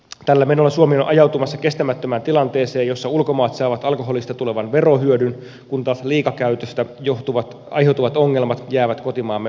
tällä menolla suomi on ajautumassa kestämättömään tilanteeseen jossa ulkomaat saavat alkoholista tulevan verohyödyn kun taas liikakäytöstä aiheutuvat ongelmat jäävät kotimaamme ratkaistavaksi